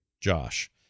Josh